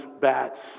bats